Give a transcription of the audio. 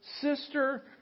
sister